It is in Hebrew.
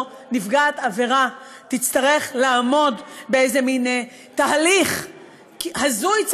שנפגעת עבירה תצטרך לעמוד באיזה מין תהליך הזוי,